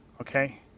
okay